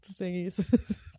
thingies